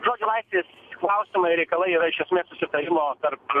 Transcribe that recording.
žodžio laisvės klausimai reikalai yra iš esmės susitarimo tarp